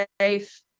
safe